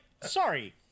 sorry